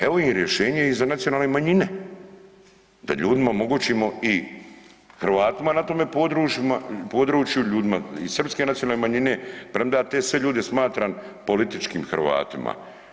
Evo im rješenje i za nacionalne manjine, da ljudima omogućimo i Hrvatima na tom području, ljudima i srpske nacionalne manjine premda te sve ljude smatram političkim Hrvatima.